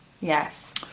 yes